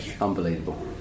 Unbelievable